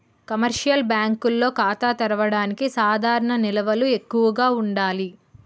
commercial బ్యాంకుల్లో ఖాతా తెరవడానికి సాధారణ నిల్వలు ఎక్కువగా ఉండాలి